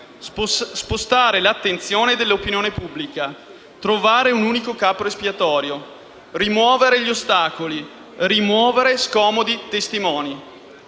spostare l'attenzione dell'opinione pubblica, trovare un unico capro espiatorio, rimuovere gli ostacoli, rimuovere scomodi testimoni.